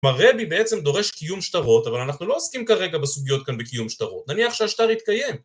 כלומר רבי בעצם דורש קיום שטרות אבל אנחנו לא עוסקים כרגע בסוגיות כאן בקיום שטרות, נניח שהשטר יתקיים